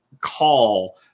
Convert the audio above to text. call